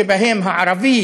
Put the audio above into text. שבהם הערבי